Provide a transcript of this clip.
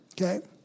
Okay